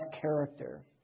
character